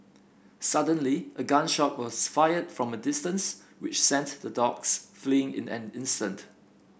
suddenly a gun shot was fired from a distance which sent the dogs fleeing in an instant